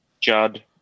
Judd